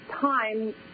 time